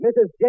Mrs